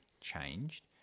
changed